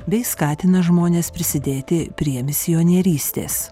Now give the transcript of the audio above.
bei skatina žmones prisidėti prie misionierystės